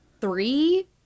three